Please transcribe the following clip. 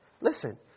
listen